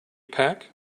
pack